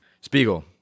Spiegel